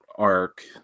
arc